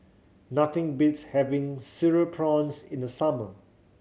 nothing beats having Cereal Prawns in the summer